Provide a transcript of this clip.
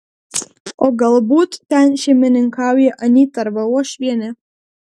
o galbūt ten šeimininkauja anyta arba uošvienė